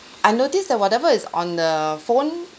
I noticed that whatever is on the phone